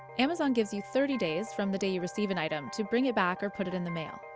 amazon gives you thirty days from the day you receive an item to bring it back or put it in the mail.